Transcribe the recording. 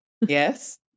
Yes